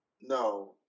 No